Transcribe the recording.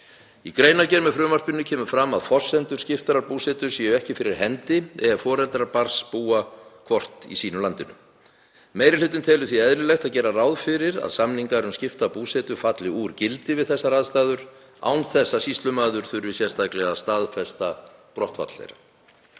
Í greinargerð með frumvarpinu kemur fram að forsendur skiptrar búsetu séu ekki fyrir hendi ef foreldrar barns búa hvort í sínu landinu. Meiri hlutinn telur því eðlilegt að gera ráð fyrir að samningar um skipta búsetu falli úr gildi við þessar aðstæður án þess að sýslumaður þurfi sérstaklega að staðfesta brottfall þeirra.